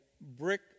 brick